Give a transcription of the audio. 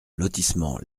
lotissement